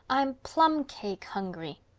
i'm plum cake hungry.